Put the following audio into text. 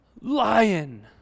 Lion